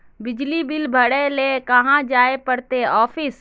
बिजली बिल भरे ले कहाँ जाय पड़ते ऑफिस?